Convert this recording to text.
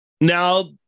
Now